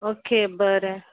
okay बरें